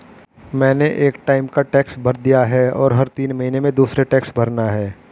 मैंने एक टाइम का टैक्स भर दिया है, और हर तीन महीने में दूसरे टैक्स भरना है